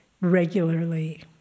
regularly